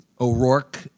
O'Rourke